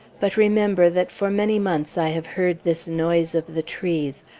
but, remember, that for many months i have heard this noise of the trees,